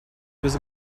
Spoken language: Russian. без